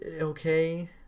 okay